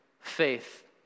faith